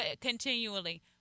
continually